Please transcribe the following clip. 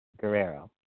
Guerrero